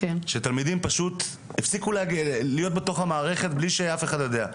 שתלמידים פשוט הפסיקו להיות בתוך המערכת בלי שאף אחד יודע.